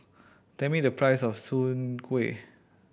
tell me the price of Soon Kuih